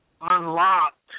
unlocked